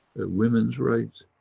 women's rights,